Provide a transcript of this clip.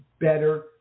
better